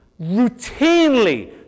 routinely